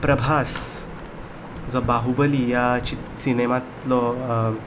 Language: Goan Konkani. प्रभास जो बाहुबली ह्या चित्र सिनेमांतलो